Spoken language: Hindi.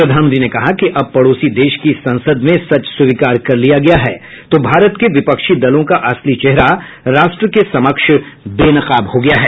प्रधानमंत्री ने कहा कि अब पड़ोसी देश की संसद में सच स्वीकार कर लिया गया है तो भारत के विपक्षी दलों का असली चेहरा राष्ट्र के समक्ष बेनकाब हो गया है